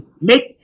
make